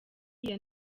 iya